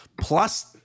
plus